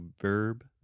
verb